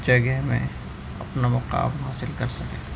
جگہ میں اپنا مقام حاصل کر سکیں